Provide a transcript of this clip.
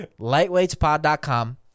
Lightweightspod.com